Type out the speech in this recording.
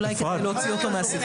אולי כדאי להוציא אותו.